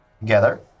together